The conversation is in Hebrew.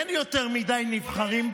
אין יותר מדי נבחרים.